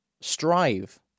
strive